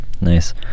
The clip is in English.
Nice